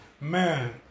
man